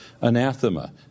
anathema